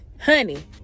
honey